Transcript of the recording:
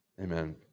Amen